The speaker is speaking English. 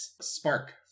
Spark